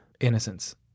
Innocence